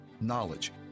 knowledge